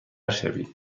شوی